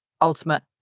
ultimate